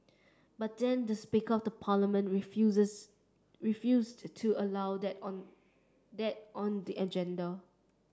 but then the speaker of the parliament refused to allow that on that on the agenda